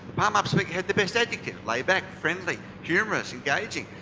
palm up speaker had the best adjectives, laid-back, friendly, humorous, engaging.